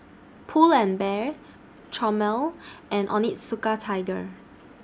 Pull and Bear Chomel and Onitsuka Tiger